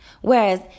Whereas